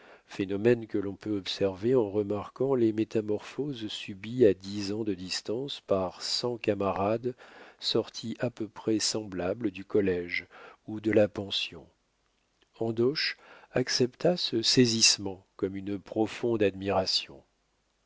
phénomène que l'on peut observer en remarquant les métamorphoses subies à dix ans de distance par cent camarades sortis à peu près semblables du collége ou de la pension andoche accepta ce saisissement comme une profonde admiration